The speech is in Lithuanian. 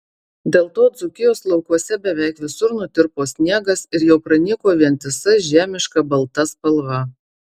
dėl to dzūkijos laukuose beveik visur nutirpo sniegas ir jau pranyko vientisa žiemiška balta spalva